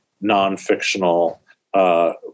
non-fictional